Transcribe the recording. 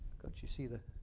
you see the